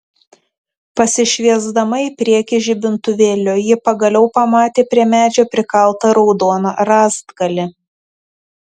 pasišviesdama į priekį žibintuvėliu ji pagaliau pamatė prie medžio prikaltą raudoną rąstgalį